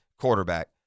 quarterback